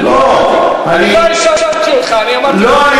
לא האשמתי אותך, אני אמרתי רק, בבקשה?